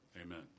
Amen